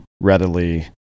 readily